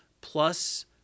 plus